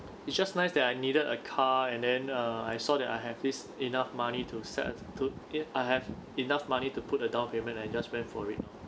it's just nice that I needed a car and then uh I saw that I have this enough money to set to it I have enough money to put a down payment I just went for it lor